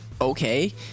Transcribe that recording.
Okay